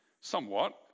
somewhat